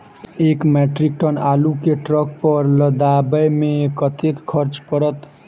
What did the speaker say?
एक metric ton आलु केँ ट्रक पर लदाबै मे कतेक खर्च पड़त?